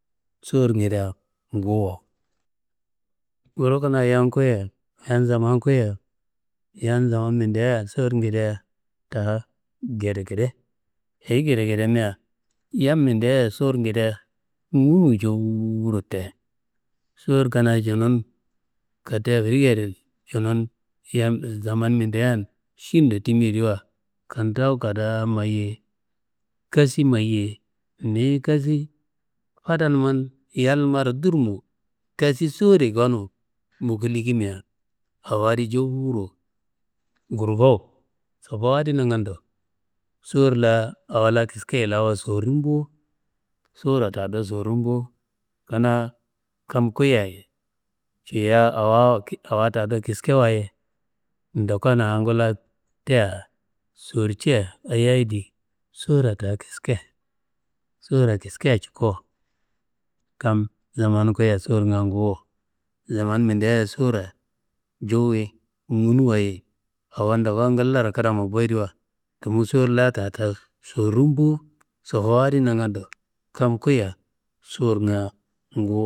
Sowurngedea nguwuwo, kuru kanaa yam kuya yam zaman kuya, yam zaman mindea sowurngedea da ngedengede, ayi ngedengedemia yam mindea sowurngedea ngunuwu jewuro te. Sowur kanaa cunun katti afrikiya adin cunun, yam zaman mindean šin do timiyediwa kentawu kadaa mayiyei kassi mayiyei niyi kassi fadanuman yalnumaro durmu kassi sowur gonu miki likimea awo adi jewuro kurgowo, sobowu adi nangando sowur la awo la kiskeye lawa sowur bo sowurra da do sowur bo. Kanaa kam kuya ciya awo da do kiskewaye ndokon awongala te sowurcea ayiyayi di, sowurra da kiske sowurra kiske cuko, kam zaman kuya sowurnga nguwuwo, zaman mindea sowurra jewu ye ngunuwa ye, awo ndokon ngalla kedamu boyediwa tumu sowur la da sowurum bo, sofowo adi nangando, kam kuya sowurnga ngufu.